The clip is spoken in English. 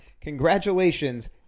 Congratulations